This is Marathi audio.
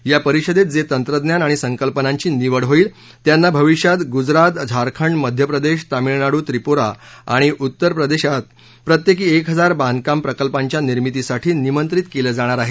या परिषेदत जे तंत्रज्ञान आणि संकल्पनांची निवड होईल त्यांना भविष्यात गुजरात झारखंड मध्य प्रदेश तामिळनाडू त्रिपुरा आणि उत्तर प्रदेशात प्रत्येकी एक हजार बांधकाम प्रकल्पांच्या निर्मितीसाठी निमंत्रित केलं जाणार आहे